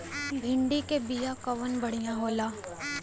भिंडी के बिया कवन बढ़ियां होला?